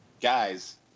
guys